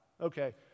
okay